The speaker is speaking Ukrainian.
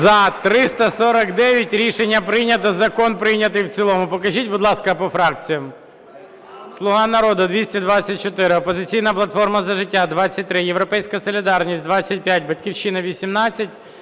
За-349 Рішення прийнято. Закон прийнятий в цілому. Покажіть, будь ласка, по фракціях. "Слуга народу" – 224, "Опозиційна платформа – За життя" – 23, "Європейська солідарність" – 25, "Батьківщина"